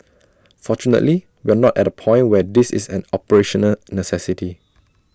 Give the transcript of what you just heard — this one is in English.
fortunately we are not at A point where this is an operational necessity